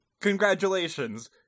congratulations